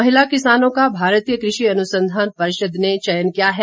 महिला किसानों का भारतीय कृषि अनुसंधान परिषद् ने चयन किया है